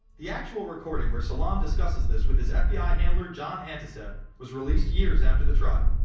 the actual recording where salem discusses this. with his fbi handler john anticev, was released years after the trial.